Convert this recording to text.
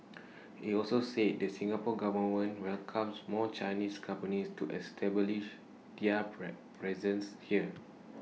he also said the Singapore Government welcomes more Chinese companies to establish their pre presence here